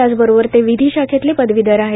त्याचबरोबर ते विधी शाखेतले पदवीधर आहेत